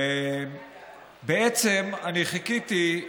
ובעצם אני חיכיתי,